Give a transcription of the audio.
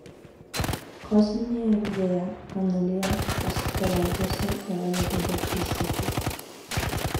kosminėje erdvėje mėnulyje asteroiduose yra labai daug išteklių